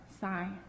sigh